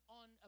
on